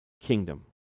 kingdom